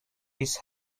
his